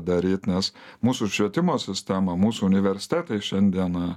daryt nes mūsų ir švietimo sistema mūsų universitetai šiandieną